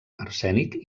arsènic